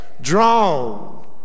drawn